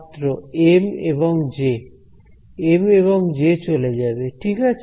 ছাত্র এম এবং J M এবং জে চলে যাবে ঠিক আছে